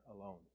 alone